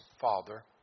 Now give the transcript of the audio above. father